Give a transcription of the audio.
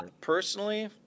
Personally